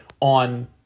on